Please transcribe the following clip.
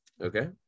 Okay